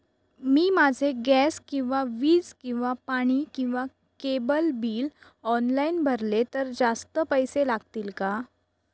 मी माझे गॅस किंवा वीज किंवा पाणी किंवा केबल बिल ऑनलाईन भरले तर जास्त पैसे लागतील का?